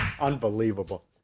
Unbelievable